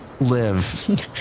live